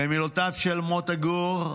במילותיו של מוטה גור,